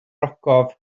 ogof